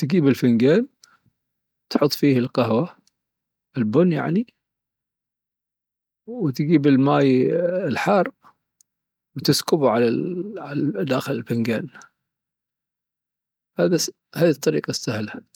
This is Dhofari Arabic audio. تجيب الفنجان، تحط فيه القهوة البن يعني، وتجيب الماي الحار وتسكبه داخل الفنجان. هذا سهـ هذي الطريقة السهلة.